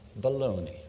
Baloney